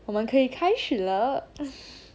我们可以开始了